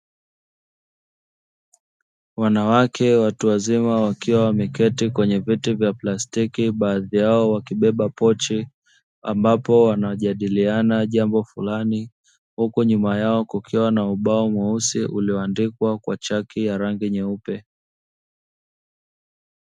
Wanawake watu wazima wakiwa wameketi kwenye viti vya plastiki baadhi yao wakibeba pochi ambapo wanajadiliana jambo fulani huku nyuma yao kukiwa na ubao mweusi ulioandikwa kwa chaki ya rangi nyeupe.